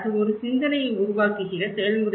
அது ஒரு சிந்தனையை உருவாக்குகிற செயல்முறை